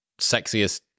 sexiest